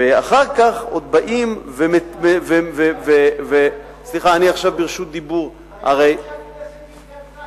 ואחר כך עוד באים, הגשתי את הצעת החוק